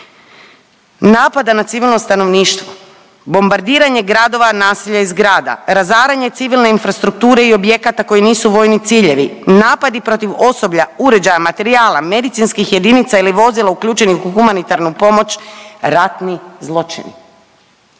napada na civilno stanovništvo, bombardiranje gradova, naselja i zgrada, razaranje civilne infrastrukture i objekata koji nisu vojni ciljevi, napadi protiv osoblja, uređaja, materijala, medicinskih jedinica ili vozila uključenih u humanitarnu pomoć, ratni zločini.